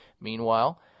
meanwhile